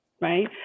right